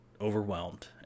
overwhelmed